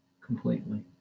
Completely